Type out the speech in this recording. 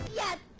yen